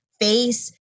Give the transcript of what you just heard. face